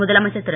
முதலமைச்சர் திரு